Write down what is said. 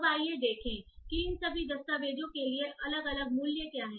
अब आइए देखें कि इन सभी दस्तावेज़ों के लिए अलग अलग मूल्य क्या हैं